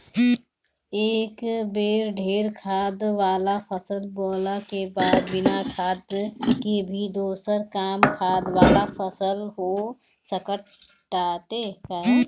एक बेर ढेर खाद वाला फसल बोअला के बाद बिना खाद के भी दोसर कम खाद वाला फसल हो सकताटे